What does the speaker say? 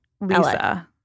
Lisa